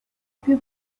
più